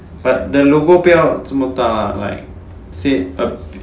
but the logo 不要这么大 like same but